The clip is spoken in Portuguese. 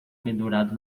pendurado